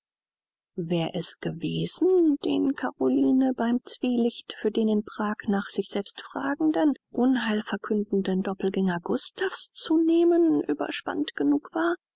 wer es gewesen den caroline beim zwielicht für den in prag nach sich selbst fragenden unheil verkündenden doppelgänger gustav's zu nehmen überspannt genug war